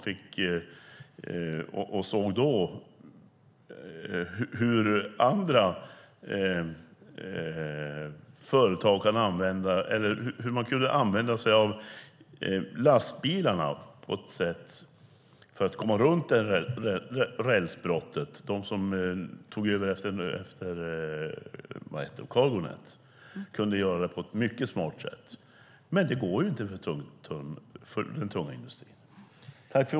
Vi såg då hur man kunde använda sig av lastbilarna för att komma runt rälsbrottet. Det handlade om dem som tog över efter Cargonet. De kunde göra det på ett mycket smart sätt. Det går inte att göra för den tunga industrin.